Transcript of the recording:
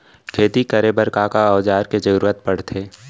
खेती करे बर का का औज़ार के जरूरत पढ़थे?